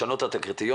לשנות את הקריטריונים,